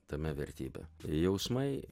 tame vertybė jausmai